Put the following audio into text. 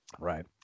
Right